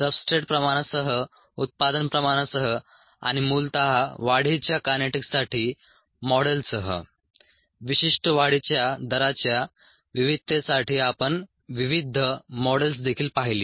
substrate प्रमाणासह उत्पादन प्रमाणासह आणि मूलत वाढीच्या कायनेटीक्ससाठी मॉडेलसह विशिष्ट वाढीच्या दराच्या विविधतेसाठी आपण विविध मॉडेल्स देखील पाहिली